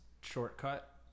shortcut